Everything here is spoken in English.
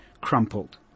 crumpled